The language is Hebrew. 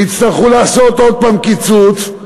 ויצטרכו לעשות עוד פעם קיצוץ.